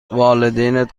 والدینت